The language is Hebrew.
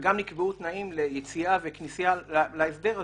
וגם נקבעו תנאים ליציאה וכניסה להסדר הזה,